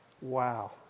wow